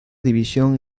división